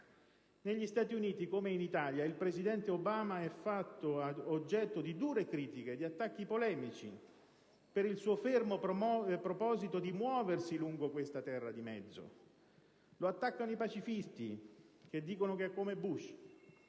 Negli Stati Uniti, come in Italia, il presidente Obama è fatto oggetto di dure critiche, di attacchi polemici per il suo fermo proposito di muoversi lungo questa terra di mezzo. Lo attaccano i pacifisti, che dicono che è come Bush,